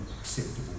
acceptable